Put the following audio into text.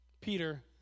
Peter